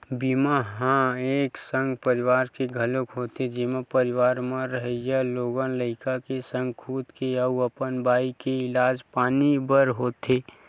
बीमा ह एक संग परवार के घलोक होथे जेमा परवार म रहइया लोग लइका के संग खुद के अउ अपन बाई के इलाज पानी बर होथे